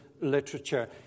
Literature